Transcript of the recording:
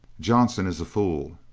johnson is a fool.